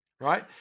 right